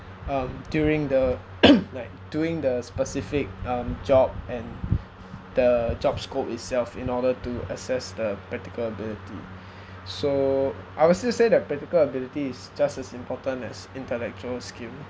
um during the like during the specific um job and the job scope itself in order to assess the practical ability so I will still say that practical ability is just as important as intellectual skill